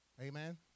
Amen